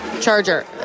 charger